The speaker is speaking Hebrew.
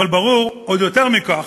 אבל ברור עוד יותר מכך,